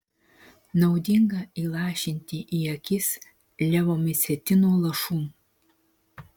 naudinga įlašinti į akis levomicetino lašų